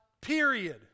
period